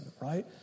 right